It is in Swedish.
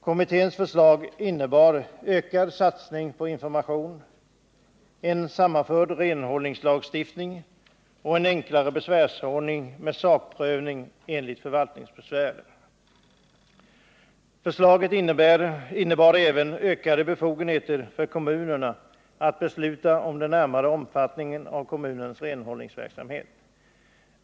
Kommitténs förslag innebar en ökad satsning på information, en sammanförd renhållningslagstiftning och en enklare besvärsordning med sakprövning enligt förvaltningsbesvär. Förslaget innebar även ökade befogenheter för kommunerna att besluta om den närmare omfattningen av kommunernas renhållningsverksamhet.